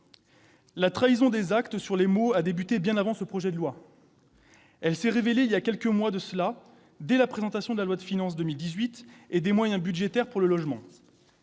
la trahison des actes sur les mots a débuté bien avant ce projet de loi ; elle s'est révélée, voilà quelques mois, dès la présentation du projet de loi de finances pour 2018 et des moyens budgétaires pour le logement